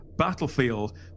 Battlefield